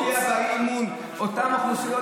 כפי שמופיע באי-אמון, איזה קיצוץ?